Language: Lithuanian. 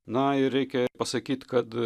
na ir reikia pasakyt kad